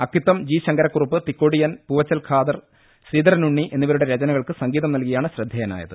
Akkitham G Sankarakurup Thikkodiyan Poovachal Khader Sreedharanunni എന്നിവരുടെ രചനകൾക്ക് സംഗീതം നല്കിയാണ് ശ്രദ്ധേയനായത്